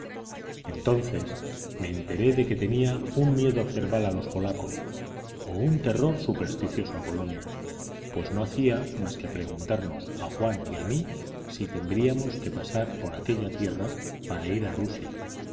entonces me enteré de que tenía un miedo cerval a los polacos o un terror supersticioso a polonia pues no hacía más que preguntarnos a juan y a mí si tendríamos que pasar por aquella tierra para ir a rusia